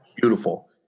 beautiful